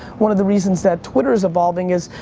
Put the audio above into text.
one of the reasons that twitter is evolving is,